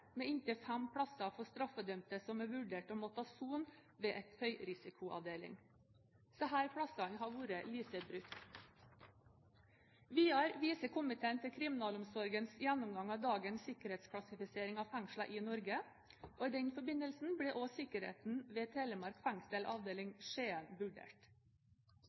med inntil fem plasser for straffedømte som er vurdert å måtte sone ved en høyrisikoavdeling. Disse plassene har vært lite brukt. Videre viser komiteen til kriminalomsorgens gjennomgang av dagens sikkerhetsklassifisering av fengslene i Norge. I den forbindelse blir også sikkerheten ved Telemark fengsel, Skien avdeling, vurdert.